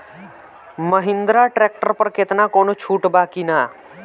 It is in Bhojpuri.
महिंद्रा ट्रैक्टर पर केतना कौनो छूट बा कि ना?